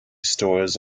stores